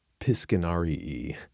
piscinarii